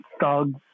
thugs